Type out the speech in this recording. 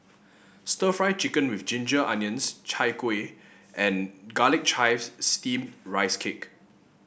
stir Fry Chicken with Ginger Onions Chai Kueh and Garlic Chives Steamed Rice Cake